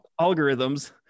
algorithms